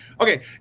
okay